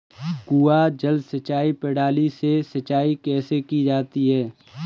कुआँ जल सिंचाई प्रणाली से सिंचाई कैसे की जाती है?